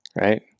Right